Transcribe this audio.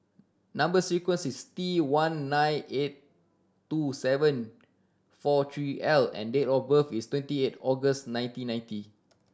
number sequence is T one nine eight two seven four three L and date of birth is twenty eight August nineteen ninety